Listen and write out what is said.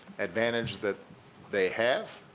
advantage that they have